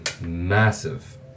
massive